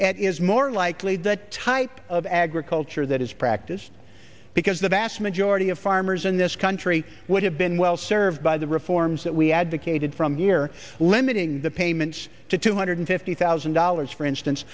it is more likely the type of agriculture that is practiced because the vast majority of farmers in this country would have been well served by the reforms that we advocated from year limiting the payments to two hundred fifty thousand dollars for instance